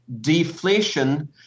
deflation